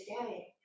today